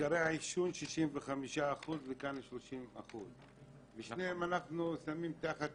העישון 65% וכאן 30%. את שניהם אנחנו שמים תחת